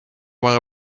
while